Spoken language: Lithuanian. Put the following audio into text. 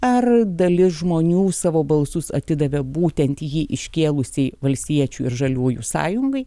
ar dalis žmonių savo balsus atidavė būtent jį iškėlusiai valstiečių ir žaliųjų sąjungai